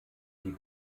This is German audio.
die